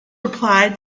replied